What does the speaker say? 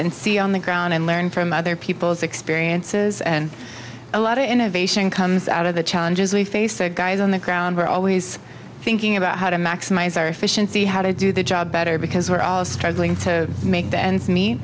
and see on the ground and learn from other people's experiences and a lot of innovation comes out of the challenges we face the guys on the ground who are always thinking about how to maximize our efficiency how to do the job better because we're all struggling to make